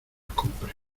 compres